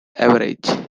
average